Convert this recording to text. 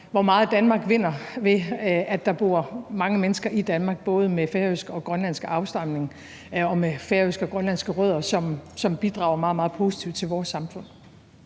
hvor meget Danmark vinder ved, at der bor mange mennesker i Danmark både med færøsk og grønlandsk afstamning og med færøske og grønlandske rødder, som bidrager meget, meget positivt til vores samfund.